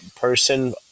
person